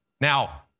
Now